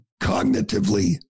cognitively